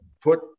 put